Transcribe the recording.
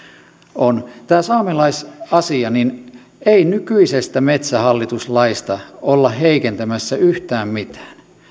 on tämä saamelaisasia ei nykyisestä metsähallitus laista olla heikentämässä yhtään mitään